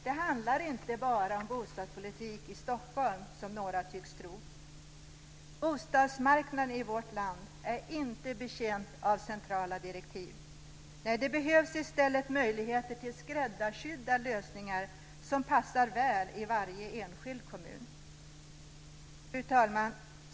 Det handlar inte bara om bostadspolitik i Stockholm, som några tycks tro. Bostadsmarknaden i vårt land är inte betjänt av centrala direktiv. Nej, det behövs i stället möjligheter till skräddarsydda lösningar som passar väl i varje enskild kommun. Fru talman!